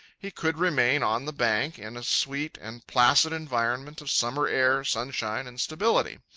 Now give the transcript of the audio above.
he could remain on the bank in a sweet and placid environment of summer air, sunshine, and stability.